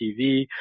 TV